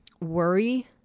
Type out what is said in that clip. worry